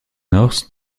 north